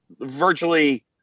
virtually